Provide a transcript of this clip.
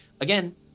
Again